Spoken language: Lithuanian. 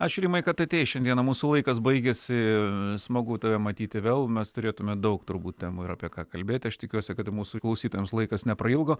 ačiū rimai kad ateijai šiandieną mūsų laikas baigėsi smagu tave matyti vėl mes turėtumėme daug turbūt temų ir apie ką kalbėti aš tikiuosi kad mūsų klausytojams laikas neprailgo